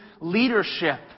leadership